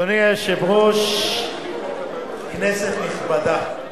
אדוני היושב-ראש, כנסת נכבדה,